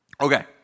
Okay